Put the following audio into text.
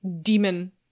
Demon